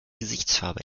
gesichtsfarbe